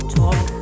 talk